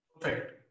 Perfect